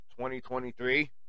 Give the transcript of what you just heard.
2023